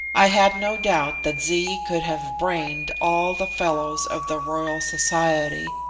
i had no doubt that zee could have brained all the fellows of the royal society,